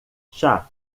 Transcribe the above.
chá